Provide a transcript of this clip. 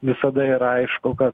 visada yra aišku kad